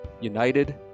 united